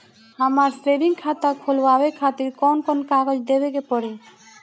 हमार सेविंग खाता खोलवावे खातिर कौन कौन कागज देवे के पड़ी?